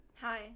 Hi